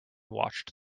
watched